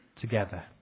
together